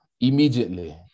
immediately